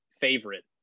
favorite